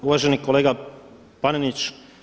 Uvaženi kolega Panenić.